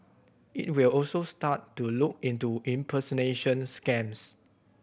it will also start to look into impersonation scams